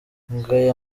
ngaya